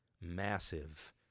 massive